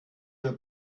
mir